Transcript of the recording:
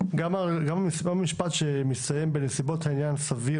גם המשפט שמסתיים ב"ובנסיבות העניין סביר